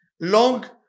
long